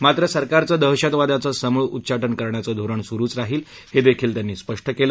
मात्र सरकारचं दहशतवादाचं समूळ उच्चाटन करण्याचं धोरण सुरुच राहील असं देखील स्पष्ट केलं